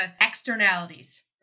externalities